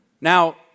Now